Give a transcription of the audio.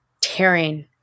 tearing